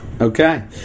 Okay